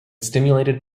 stimulated